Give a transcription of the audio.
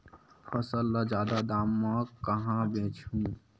फसल ल जादा दाम म कहां बेचहु?